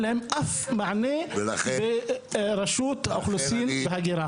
להם אף מענה ברשות האוכלוסין וההגירה.